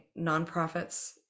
nonprofits